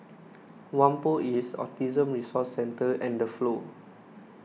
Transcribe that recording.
Whampoa East Autism Resource Centre and the Flow